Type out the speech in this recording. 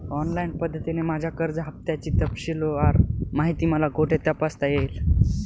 Online पद्धतीने माझ्या कर्ज हफ्त्याची तपशीलवार माहिती मला कुठे तपासता येईल?